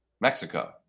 Mexico